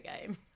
game